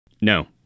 no